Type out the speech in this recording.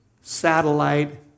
satellite